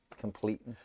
complete